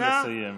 נא לסיים.